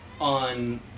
on